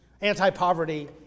anti-poverty